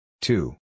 Two